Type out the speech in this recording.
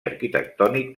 arquitectònic